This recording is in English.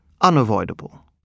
unavoidable